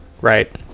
Right